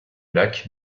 lac